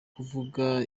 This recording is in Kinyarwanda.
kuvuga